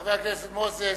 חבר הכנסת מוזס.